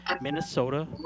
Minnesota